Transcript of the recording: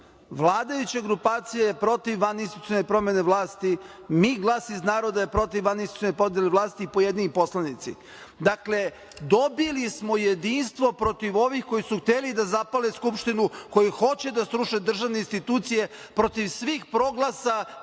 vladajuća grupacija je protiv vaninstitucionalne promene vlasti, MI- Glas iz naroda je protiv vaninstitucionalne promene vlasti i pojedini poslanici. Dakle, dobili smo jedinstvo protiv ovih koji su hteli da zapale Skupštinu, koji hoće da sruše državne institucije, protiv svih proglasa,